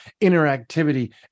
interactivity